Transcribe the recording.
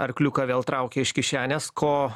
arkliuką vėl traukia iš kišenės ko